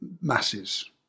masses